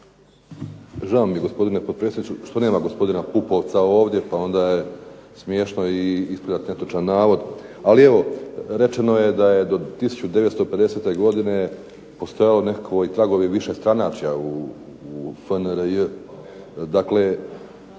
Žao mi je gospodine potpredsjedniče što nema gospodina Pupovca ovdje pa onda je smiješno i ispravljati netočan navod, ali evo rečeno je da je do 1950. godine postojali nekakvi tragovi višestranačja u FNRJ,